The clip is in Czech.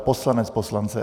Poslanec poslance.